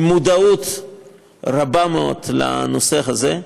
עם מודעות רבה מאוד לנושא הזה.